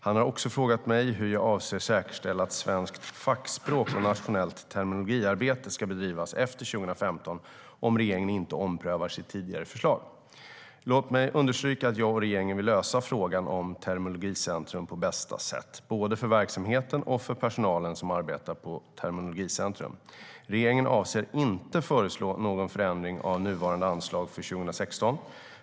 Han har också frågat mig hur jag avser att säkerställa att svenskt fackspråk och nationellt terminologiarbete ska bedrivas efter 2015 om regeringen inte omprövar sitt tidigare förslag. Låt mig understryka att jag och regeringen vill lösa frågan om Terminologicentrum på bästa sätt, både för verksamheten och för personalen som arbetar på Terminologicentrum. Regeringen avser inte att föreslå någon förändring av nuvarande anslag för 2016.